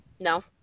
No